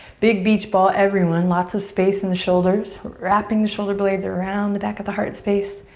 big beach ball, everyone. lots of space in the shoulders. wrapping the shoulder blades around the back of the heart space.